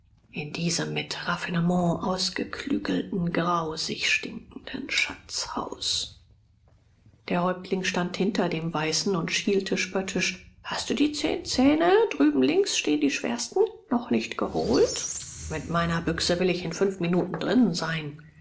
in diesem mit raffinement ausgeklügelten grausig stinkenden schatzhaus der häuptling stand hinter dem weißen und schielte spöttisch hast du die zehn zähne drüben links stehen die schwersten noch nicht geholt mit meiner büchse will ich in fünf minuten drinnen sein